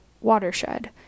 watershed